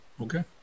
Okay